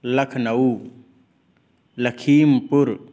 लखनौ लखीं पुर्